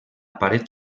paret